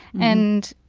and,